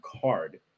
card